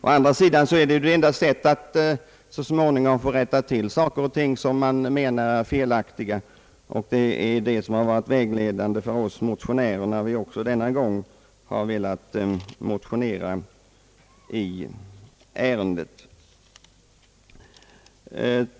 Å andra sidan är det enda sättet att så småningom rätta till saker och ting som man anser vara felaktiga att än en gång ta upp saken i en motion, och detta har varit vägledande för oss motionärer, när vi nu åter motionerat i det här ärendet.